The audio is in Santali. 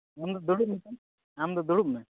ᱚᱸᱰᱮ ᱫᱩᱲᱩᱵ ᱢᱮᱥᱮ ᱟᱢ ᱫᱚ ᱫᱩᱲᱩᱵ ᱢᱮ